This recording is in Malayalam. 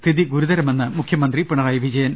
സ്ഥിതി ഗുരുതരമെന്ന് മുഖ്യമന്ത്രി പിണറായിവിജയൻ